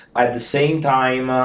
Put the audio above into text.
at the same time, ah